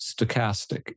stochastic